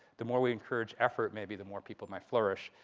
the more we encourage effort, maybe the more people might flourish.